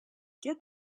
get